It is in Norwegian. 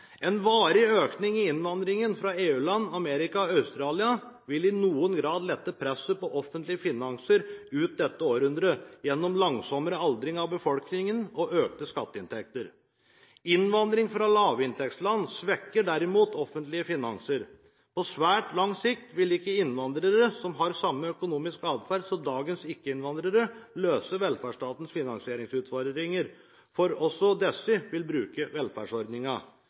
«En varig økning i innvandringen fra EU-land, Amerika og Australia vil i noen grad lette presset på offentlige finanser ut dette århundret gjennom langsommere aldring av befolkningen og økte skatteinntekter. Innvandring fra lavinntektsland svekker derimot offentlige finanser. På svært lang sikt vil ikke innvandrere som har samme økonomiske atferd som dagens ikke-innvandrere løse velferdsstatens finansieringsutfordringer, for også disse vil bruke